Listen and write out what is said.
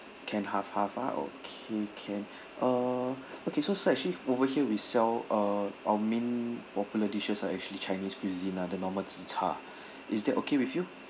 can half half ah okay can uh okay so sir actually over here we sell uh our main popular dishes are actually chinese cuisine ah the normal tzi char is that okay with you